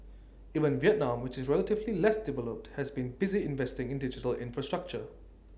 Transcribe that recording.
even Vietnam which is relatively less developed has been busy investing in digital infrastructure